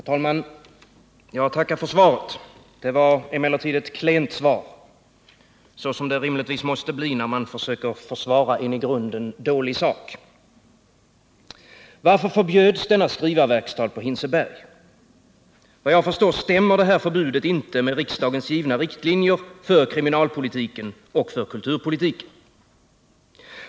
Herr talman! Jag tackar för svaret på min fråga. Det var emellertid ett klent svar, såsom det rimligtvis måste bli när man försöker försvara en i grunden dålig sak. Varför förbjöds denna skrivarverkstad på Hinseberg? Såvitt jag förstår stämmer inte detta förbud med av riksdagen givna riktlinjer för kriminalpolitiken och kulturpolitiken.